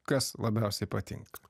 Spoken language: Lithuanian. kas labiausiai patinka